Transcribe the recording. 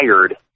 tired